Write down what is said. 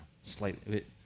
slightly